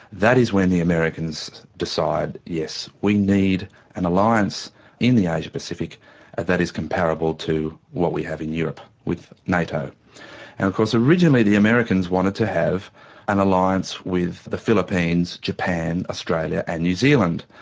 that is when the americans decide yes, we need an alliance in the asia-pacific that is comparable to what we have in europe with nato. and of course originally the americans wanted to have an alliance with the philippines, japan, australia and new zealand.